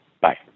Bye